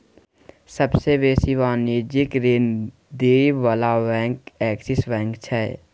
सबसे बेसी वाणिज्यिक ऋण दिअ बला बैंक एक्सिस बैंक छै